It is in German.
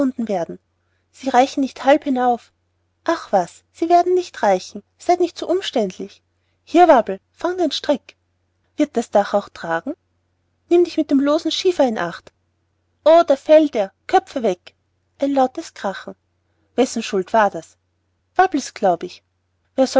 werden sie reichen nicht halb hinauf ach was werden sie nicht reichen seid nicht so umständlich hier wabbel fange den strick wird das dach auch tragen nimm dich mit dem losen schiefer in acht oh da fällt er köpfe weg ein lautes krachen wessen schuld war das wabbel's glaube ich wer